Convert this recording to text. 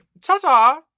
ta-ta